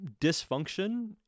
dysfunction